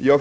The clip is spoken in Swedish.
000.